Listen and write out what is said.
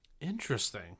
Interesting